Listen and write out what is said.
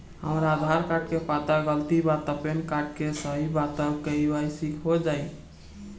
हमरा आधार कार्ड मे पता गलती बा त पैन कार्ड सही बा त के.वाइ.सी हो जायी?